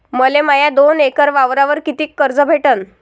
मले माया दोन एकर वावरावर कितीक कर्ज भेटन?